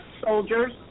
soldiers